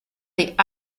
est